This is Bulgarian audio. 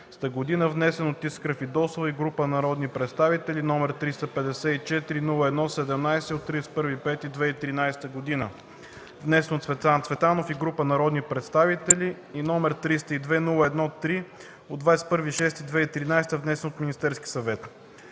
внесен от Искра Фидосова и група народни представители, № 354-01-17 от 31 май 2013 г., внесен от Цветан Цветанов и група народни представители, и № 302-01-3 от 21 юни 2013 г., внесен от Министерския съвет.